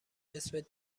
اسمت